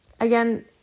again